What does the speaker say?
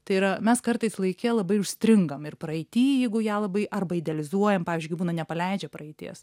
tai yra mes kartais laike labai užstringam ir praeity jeigu ją labai arba idealizuojam pavyzdžiui kai būna nepaleidžia praeities